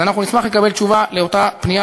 אז אנחנו נשמח לקבל תשובה על אותה פנייה